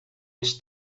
els